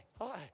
hi